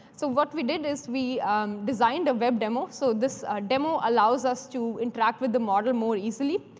so what we did is we designed a web demo. so this demo allows us to interact with the model more easily.